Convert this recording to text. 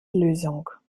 lösung